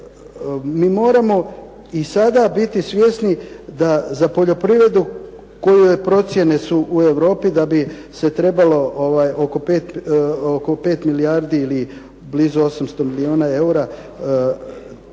mi moramo i sada biti svjesni da za poljoprivredu kojoj procjene su u Europi da bi se trebalo oko 5 milijardi ili blizu 800 milijuna eura davati